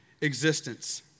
existence